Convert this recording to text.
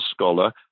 scholar